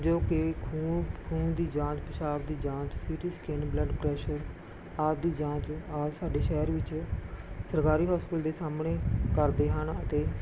ਜੋ ਕਿ ਖੂਨ ਦੀ ਜਾਂਚ ਪੇਸ਼ਾਬ ਦੀ ਜਾਂਚ C T scan blood pressure ਆਦਿ ਜਾਂਚ ਔਰ ਸਾਡੇ ਸ਼ਹਿਰ ਵਿੱਚ ਸਰਕਾਰੀ ਹੋਸਪੀਟਲ ਦੇ ਸਾਹਮਣੇ ਕਰਦੇ ਹਨ ਅਤੇ